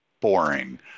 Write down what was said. boring